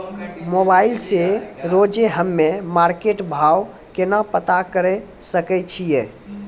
Mobile से रोजे हम्मे मार्केट भाव केना पता करे सकय छियै?